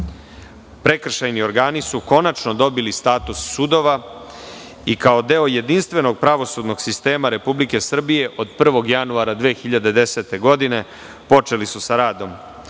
Prekršajni organi su konačno dobili status sudova i kao deo jedinstvenog pravosudnog sistema RS od 01. januara 2010. godine počeli su sa radom